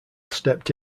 stepped